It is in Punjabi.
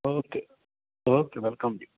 ਓਕੇ ਓਕੇ ਵੈਲਕਮ ਜੀ